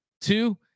two